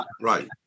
right